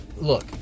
look